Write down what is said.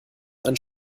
einen